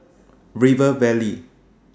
River Valley